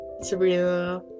Sabrina